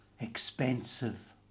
expensive